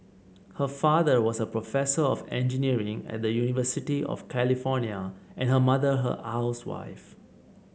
her father was a professor of engineering at the University of California and her mother a housewife